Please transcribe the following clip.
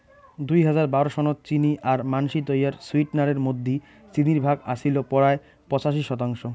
দুই হাজার বারো সনত চিনি আর মানষি তৈয়ার সুইটনারের মধ্যি চিনির ভাগ আছিল পরায় পঁচাশি শতাংশ